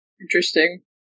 Interesting